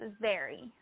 vary